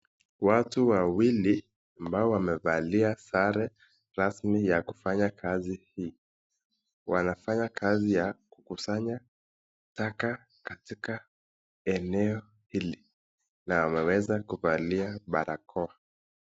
Watu wawili ambao wamevalia sare rasmi ya kufanya kazi hii, wanafanya kazi ya kukusanya taka katika eneo hili na wameweza kuvalia barakwa.